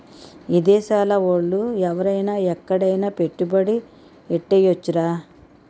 విదేశాల ఓళ్ళు ఎవరైన ఎక్కడైన పెట్టుబడి ఎట్టేయొచ్చురా